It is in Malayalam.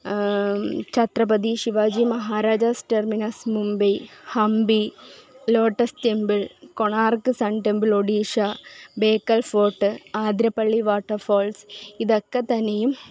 Chhatrapati Shivaji Maharaja terminus Mumbai Hampi lotus temple Konark sun temple Odisha Bekal fort Athirappilly waterfalls ഇതൊക്കെ തന്നെയും